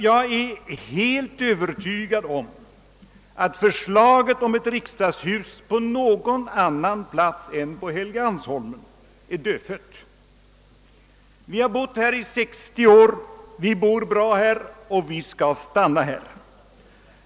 Jag är helt övertygad om att varje förslag om ett riksdagshus på någon annan plats än Helgeandshol 'men är dödfött. Vi har bott här i 60 år, vi bor bra här och vi skall stanna här.